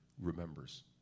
remembers